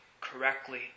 correctly